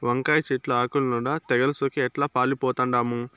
వంకాయ చెట్లు ఆకుల నూడ తెగలు సోకి ఎట్లా పాలిపోతండామో